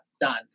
done